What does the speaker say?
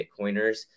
Bitcoiners